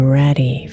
ready